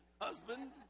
husband